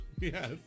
Yes